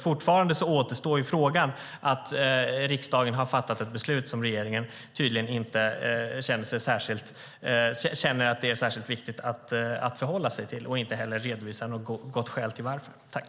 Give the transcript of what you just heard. Fortfarande återstår frågan att riksdagen har fattat ett beslut som regeringen tydligen inte känner är särskilt viktigt att förhålla sig till och inte heller redovisar något gott skäl för det.